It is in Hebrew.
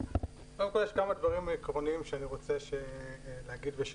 יש כמה דברים עקרוניים שאני רוצה לומר ושתדעו.